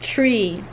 Tree